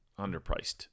underpriced